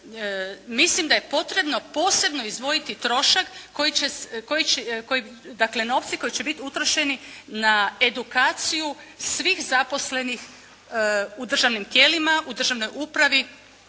mislim da je potrebno posebno izdvojiti trošak koji, dakle novci koji će biti utrošeni na edukaciju svih zaposlenih u državnim tijelima, u državnoj upravi,